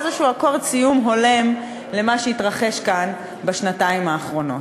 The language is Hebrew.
איזה אקורד סיום הולם למה שהתרחש כאן בשנתיים האחרונות.